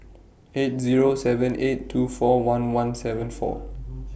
eight Zero seven eight two four one one seven four